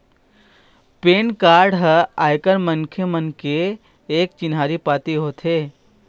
PAN card ह आयकर मनखे मन के एक चिन्हारी पाती होथे